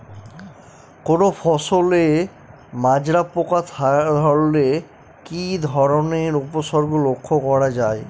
কোনো ফসলে মাজরা পোকা ধরলে কি ধরণের উপসর্গ লক্ষ্য করা যায়?